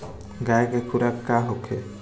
गाय के खुराक का होखे?